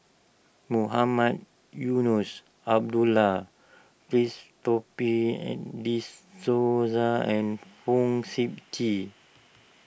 Mohamed Eunos Abdullah Christopher and De Souza and Fong Sip Chee